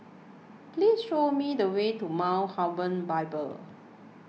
please show me the way to Mount Hermon Bible